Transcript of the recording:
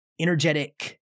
energetic